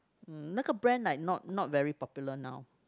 mm 那个 brand like not not very popular now